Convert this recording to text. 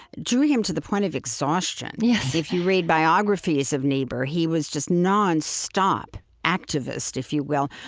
drew him to the point of exhaustion yes if you read biographies of niebuhr, he was just nonstop activist, if you will,